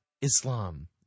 Islam